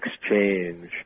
exchange